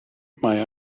mae